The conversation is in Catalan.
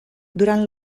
durant